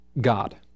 God